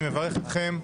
אני מברך אתכם,